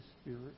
Spirit